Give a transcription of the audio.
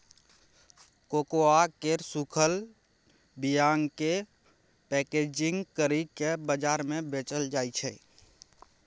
cocoa केर सूखल बीयाकेँ पैकेजिंग करि केँ बजार मे बेचल जाइ छै